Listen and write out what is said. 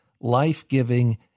Life-Giving